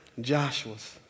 Joshua's